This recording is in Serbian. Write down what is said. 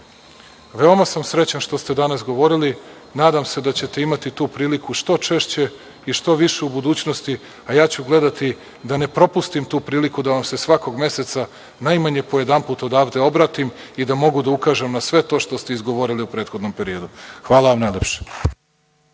veoma sam srećan što ste danas govorili, nadam se da ćete imati tu priliku što češće i što više u budućnosti, a ja ću gledati da ne propustim tu priliku da vam se svakog meseca najmanje po jedanput odavde obratim i da mogu da ukažem na sve to što ste izgovorili u prethodnom periodu. Hvala vam najlepše.